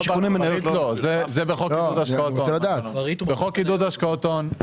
חושב, בחוק עידוד השקעות הון.